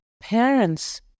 parents